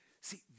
See